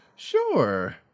Sure